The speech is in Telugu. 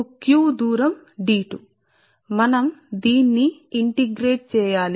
కాబట్టి మనం చేయవలసింది మీరు దీన్ని సమాకలనం చేయాలి